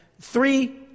three